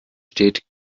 steht